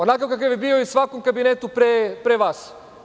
Onakav kakav je bio i o svakom kabinetu pre vas.